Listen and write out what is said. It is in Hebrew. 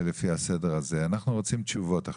אנחנו עכשיו רוצים תשובות.